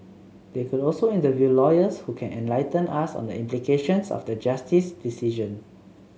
they could also interview lawyers who can enlighten us on the implications of the Justice's decision